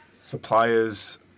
suppliers